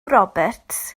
roberts